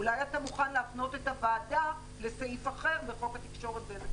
אולי אתה מוכן להפנות את הוועדה לסעיף אחר בחוק התקשורת (בזק